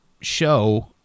show